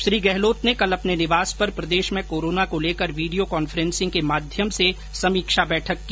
श्री गहलोत ने कल अपने निवास पर प्रदेश में कोरोना को लेकर वीडियो कॉन्फ्रेंसिंग के माध्यम से समीक्षा बैठक की